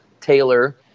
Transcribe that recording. Taylor